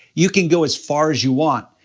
you can go as far as you want.